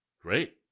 Great